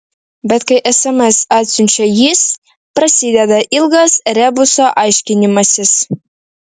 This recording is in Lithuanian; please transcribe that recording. bet kai sms atsiunčia jis prasideda ilgas rebuso aiškinimasis